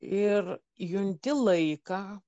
ir junti laiką